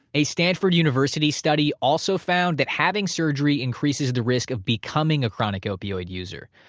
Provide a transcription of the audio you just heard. a stanford university study also found that having surgery increases the risk of becoming a chronic opioid user.